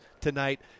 tonight